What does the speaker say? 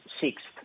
sixth